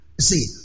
See